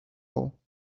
all